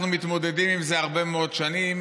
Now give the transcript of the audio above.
אנחנו מתמודדים עם זה הרבה מאוד שנים.